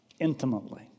intimately